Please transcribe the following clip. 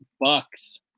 Bucks